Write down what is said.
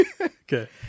Okay